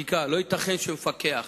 לא ייתכן שמפקח